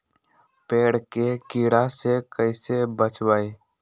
पेड़ के कीड़ा से कैसे बचबई?